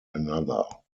another